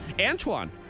Antoine